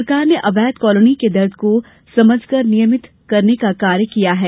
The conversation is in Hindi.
सरकार ने अवैध कॉलोनी के दर्द को समझ कर नियमित करने का कार्य किया है